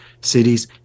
cities